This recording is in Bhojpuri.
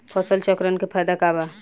फसल चक्रण के फायदा का बा?